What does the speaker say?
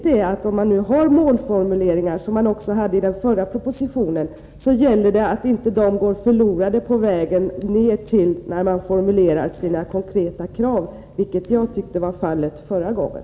När man nu har målformuleringar — vilket man hade också i den förra propositionen — är det viktigt att inte dessa går förlorade på vägen då man skall fomulera sina konkreta krav, vilket jag tyckte var fallet förra gången.